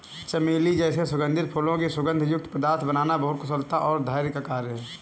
चमेली जैसे सुगंधित फूलों से सुगंध युक्त पदार्थ बनाना बहुत कुशलता और धैर्य का कार्य है